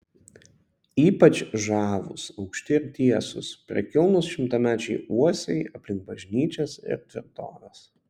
ypač žavūs aukšti ir tiesūs prakilnūs šimtamečiai uosiai aplink bažnyčias ir tvirtoves